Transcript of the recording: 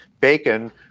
Bacon